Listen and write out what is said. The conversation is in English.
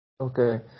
Okay